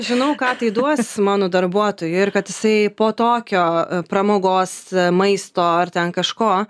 žinau ką tai duos mano darbuotojui ir kad jisai po tokio pramogos maisto ar ten kažko